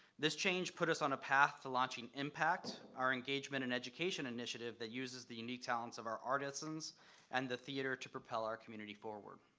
this change put us on a path to launching impact, our engagement and education initiative that uses the unique talents of our artisans and the theater to propel our community forward.